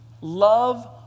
Love